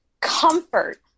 comfort